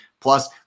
Plus